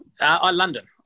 London